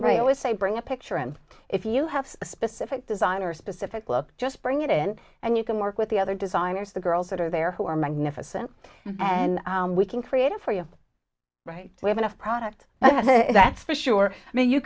they always say bring a picture and if you have a specific design or a specific look just bring it in and you can work with the other designers the girls that are there who are magnificent and we can create a for you right we have enough product that that's for sure i mean you